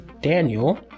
Daniel